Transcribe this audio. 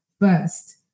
first